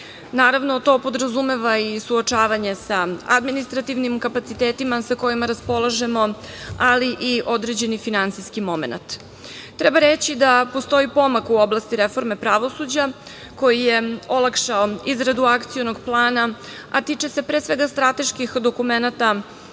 Naravno, to podrazumeva i suočavanje sa administrativnim kapacitetima sa kojima raspolažemo, ali i određeni finansijski momenat. Treba reći da postoji pomak u oblasti reforme pravosuđa koji je olakšao izradu Akcionog plana, a tiče se, pre svega, strateških dokumenata